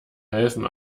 helfen